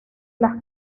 las